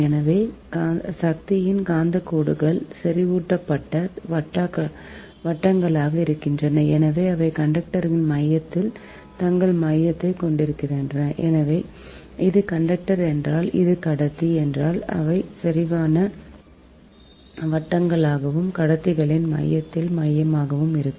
எனவே சக்தியின் காந்த கோடுகள் செறிவூட்டப்பட்ட வட்டங்களாக இருக்கின்றன அவை கண்டக்டரின் மையத்தில் தங்கள் மையங்களைக் கொண்டுள்ளன இது கண்டக்டர் என்றால் இது கடத்தி என்றால் அவை செறிவான வட்டங்களாகவும் கடத்திகளின் மையத்தில் மையமாகவும் இருக்கும்